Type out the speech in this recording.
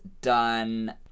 done